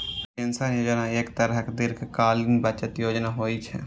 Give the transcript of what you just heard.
pension योजना एक तरहक दीर्घकालीन बचत योजना होइ छै